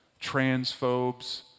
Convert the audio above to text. transphobes